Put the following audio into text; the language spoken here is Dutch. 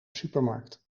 supermarkt